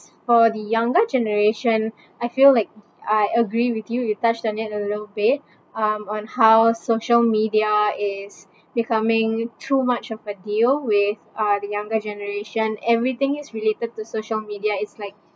for the younger generation I feel like I agree with you you touched on it a little bit um on how social media is becoming too much of a deal with are the younger generation everything is related to social media it's like